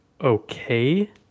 okay